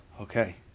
okay